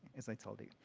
as i told you.